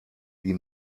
die